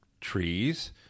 trees